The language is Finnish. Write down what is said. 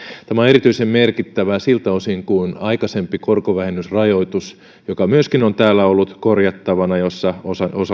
tämä on erityisen merkittävää siltä osin että aikaisempi korkovähennysrajoitus joka myöskin on täällä ollut korjattavana jossa